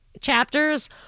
chapters